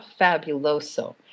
fabuloso